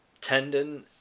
tendon